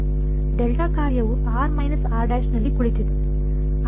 delta ಕಾರ್ಯವು ನಲ್ಲಿ ಕುಳಿತಿದೆ